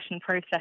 process